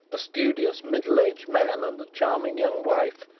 a studious middle-aged man and a charming young wife!